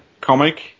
comic